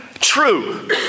true